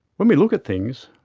when we look at things,